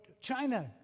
China